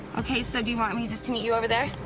ok. so do you want me just to meet you over there?